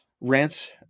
rant